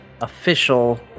official